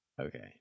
Okay